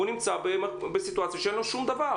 נמצא בסיטואציה שאין לו שום דבר,